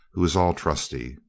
who is all trusty.